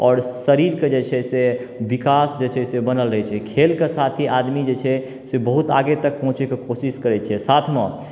आओर शरीरके जे छै से विकास जे छै से बनल रहैत छै खेलके साथ ही आदमी जे छै से बहुत आगे तक पहुँचै कऽ कोशिश करैत छै साथमे